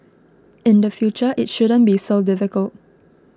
in the future it shouldn't be so difficult